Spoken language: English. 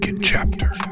chapter